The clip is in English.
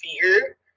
fear